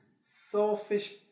selfish